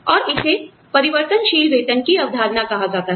और इसे परिवर्तनशील वेतन की अवधारणा कहा जाता है